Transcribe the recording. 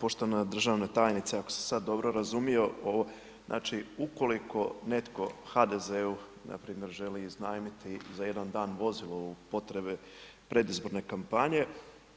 Poštovana državna tajnice, ako sam sad dobro razumio, znači, ukoliko netko HDZ-u npr. želi iznajmiti za jedan dan vozilo u potrebe predizborne kampanje,